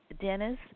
Dennis